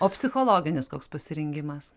o psichologinis koks pasirengimas